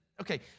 okay